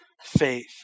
faith